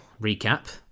recap